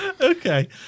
okay